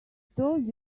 told